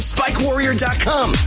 SpikeWarrior.com